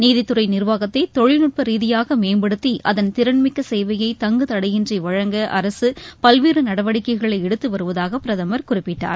நீதித்துறை நிர்வாகத்தை தொழில்நட்ப ரீதியாக மேம்படுத்தி அதன் திறன்மிக்க சேவைய தங்குதடையின்றி வழங்க அரசு பல்வேறு நடவடிக்கைகளை எடுத்து வருவதாக பிரதமர் குறிப்பிட்டார்